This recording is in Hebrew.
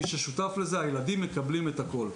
הילדים מקבלים את הכול.